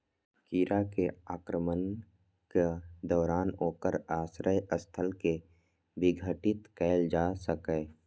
कीड़ा के आक्रमणक दौरान ओकर आश्रय स्थल कें विघटित कैल जा सकैए